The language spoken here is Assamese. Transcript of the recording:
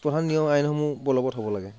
প্ৰধান নিয়ম আইনসমূহ বলবৎ হ'ব লাগে